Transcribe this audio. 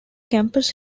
campus